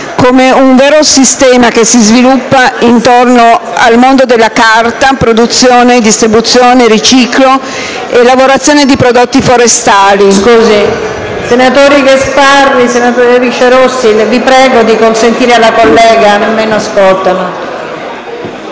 come un vero sistema che si sviluppa intorno al mondo della carta: produzione, distribuzione, riciclo e lavorazione di prodotti forestali,